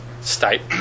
state